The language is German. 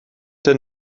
denn